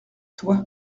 toi